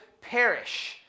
perish